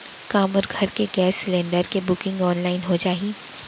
का मोर घर के गैस सिलेंडर के बुकिंग ऑनलाइन हो जाही?